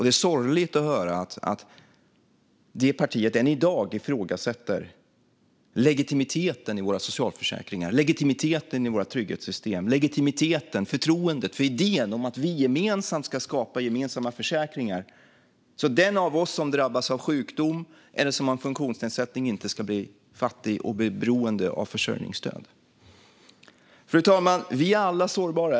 Det är sorgligt att höra att det partiet än i dag ifrågasätter legitimiteten i våra socialförsäkringar och våra trygghetssystem och förtroendet för idén om att vi gemensamt ska skapa gemensamma försäkringar, så att den av oss som drabbas av sjukdom eller har en funktionsnedsättning inte ska bli fattig och beroende av försörjningsstöd. Fru talman! Vi är alla sårbara.